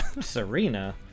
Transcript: Serena